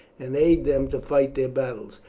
and aid them to fight their battles.